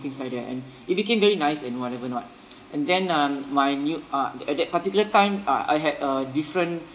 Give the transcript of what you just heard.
things like that and it became very nice and whatever not and then um my new uh at that particular time uh I had a different